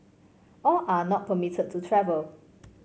all are not permitted to travel